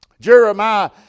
Jeremiah